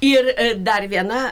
ir dar viena